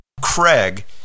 Craig